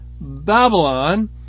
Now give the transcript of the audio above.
Babylon